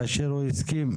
כאשר הוא הסכים?